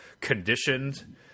conditioned